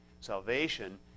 Salvation